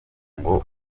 ngo